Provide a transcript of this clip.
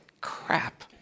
crap